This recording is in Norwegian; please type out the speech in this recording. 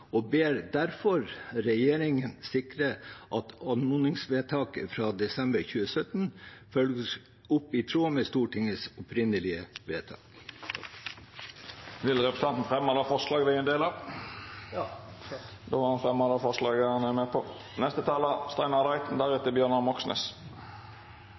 og ber derfor regjeringen sikre at anmodningsvedtaket fra desember 2017 følges opp i tråd med Stortingets opprinnelige vedtak. Vil representanten Adelsten Iversen ta opp det forslaget som Senterpartiet er ein del av? Ja, takk. Representanten Geir Adelsten Iversen har då teke opp det forslaget han